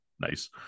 nice